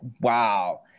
wow